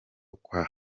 kwa